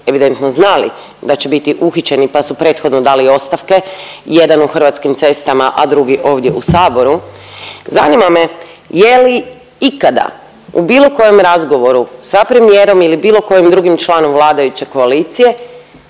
evidentno znali da će biti uhićeni pa su prethodno dali ostavke, jedan u Hrvatskim cestama, a drugi ovdje u saboru. Zanima me, je li ikada u bilo kojem razgovoru sa premijerom ili bilo kojim drugim članom vladajuće koalicije